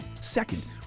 Second